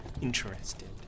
interested